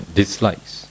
dislikes